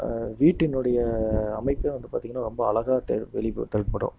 வீட்டினுடைய அமைப்பே வந்து பார்த்திங்கன்னா ரொம்ப அழகாக வெளிப்படும் தென்படும்